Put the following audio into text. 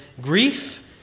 grief